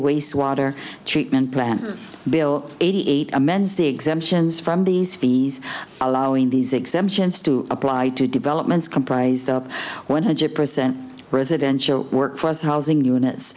waste water treatment plant bill eighty eight amends the exemptions from these fees allowing these exemptions to apply to developments comprise up one hundred percent residential workforce housing units